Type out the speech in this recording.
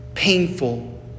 Painful